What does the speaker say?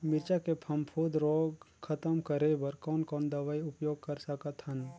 मिरचा के फफूंद रोग खतम करे बर कौन कौन दवई उपयोग कर सकत हन?